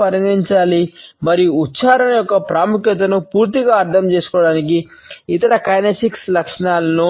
మిళితం చేయాలి